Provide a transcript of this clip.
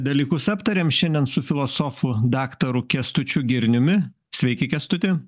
dalykus aptarėm šiandien su filosofu daktaru kęstučiu girniumi sveiki kęstuti